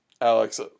Alex